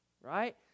right